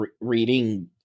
reading